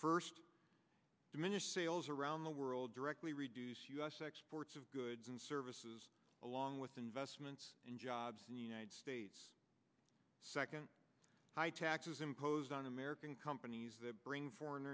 first diminish sales around the world directly reduce u s exports of goods and services along with investments in jobs in the united states second high taxes imposed on american companies that bring foreign